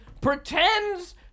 pretends